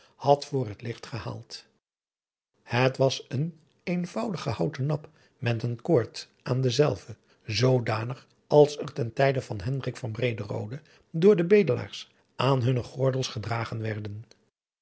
had voor het licht gehaald het was een een eenvoudige houten nap met een koord aan denzelven zoodanig als er ten tijde van hendrik van brederode door de bedelaars aan hunne gordels gedragen werden